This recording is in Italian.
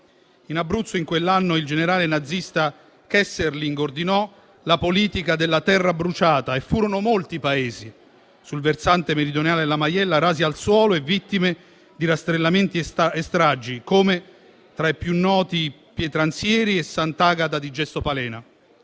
In Abruzzo, in quell'anno, il generale nazista Kesselring ordinò la politica della terra bruciata e furono molti i paesi, sul versante meridionale della Maiella, rasi al suolo e vittime di rastrellamenti e stragi, tra i più noti Pietransieri e Sant'Agata di Gessopalena.